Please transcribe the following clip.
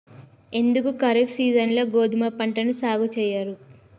ఎందుకు ఖరీఫ్ సీజన్లో గోధుమ పంటను సాగు చెయ్యరు?